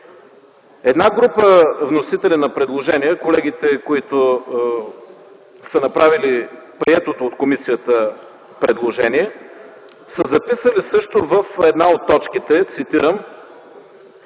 Една група вносители на предложения – колегите, които са направили приетото от комисията предложение, в една от точките са